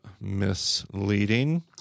misleading